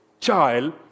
child